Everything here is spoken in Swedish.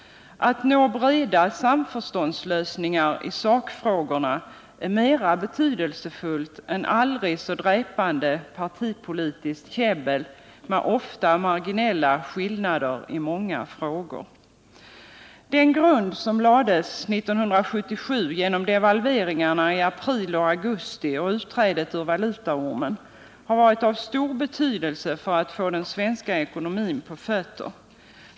Au nå breda samförståndslösningar i sakfrågorna är mera betydelsefullt än aldrig så dräpande partipolitiskt käbbel — ofta om marginella skillnader. Den grund som lades 1977 genom devalveringarna i april och augusti och utträdet ur valutaormen har varit av stor betydelse för att få den svenska ekonomin på fötter.